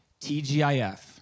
TGIF